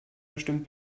bestimmt